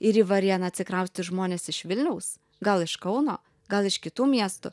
ir į varėną atsikraustys žmonės iš vilniaus gal iš kauno gal iš kitų miestų